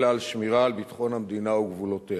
אלא על שמירה על ביטחון המדינה וגבולותיה.